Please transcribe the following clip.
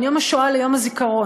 בין יום השואה ליום הזיכרון,